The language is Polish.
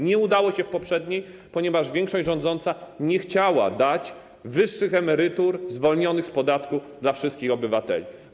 Nie udało się w poprzedniej, ponieważ większość rządząca nie chciała dać wyższych emerytur zwolnionych z podatku wszystkim obywatelom.